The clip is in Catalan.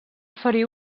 ferir